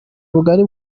bugari